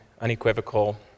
unequivocal